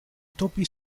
topi